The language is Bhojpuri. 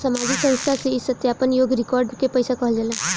सामाजिक संस्था से ई सत्यापन योग्य रिकॉर्ड के पैसा कहल जाला